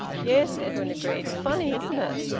yes, edwin agreed. funny, isn't it?